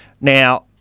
Now